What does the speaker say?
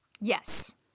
yes